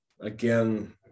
Again